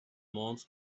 months